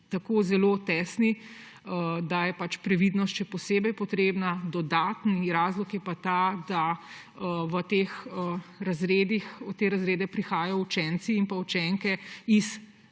tako zelo tesni, da je previdnost še posebej potrebna. Dodatni razlog je pa ta, da v te razrede prihajajo učenci in učenke iz